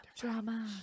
Drama